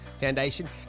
Foundation